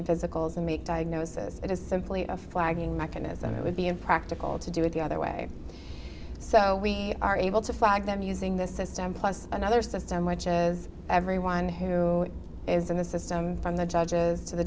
and physicals and make diagnosis it is simply a flagging mechanism it would be impractical to do it the other way so we are able to flag them using this system plus another system which has everyone who is in the system from the judges to the